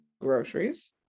groceries